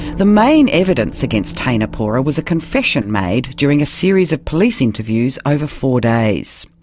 the main evidence against teina pora was a confession made during a series of police interviews over four days.